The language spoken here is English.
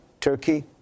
Turkey